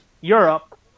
Europe